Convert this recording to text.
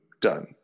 done